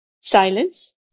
silence